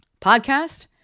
Podcast